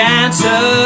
answer